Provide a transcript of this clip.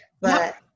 but-